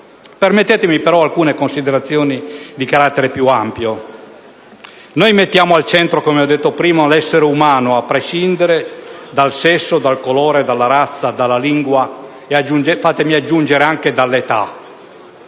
Permettetemi però di fare alcune considerazioni di carattere più ampio. Noi mettiamo al centro, come ho detto prima, l'essere umano a prescindere dal sesso, dal colore, dalla razza, dalla lingua e - mi sia consentito aggiungere - anche dall'età.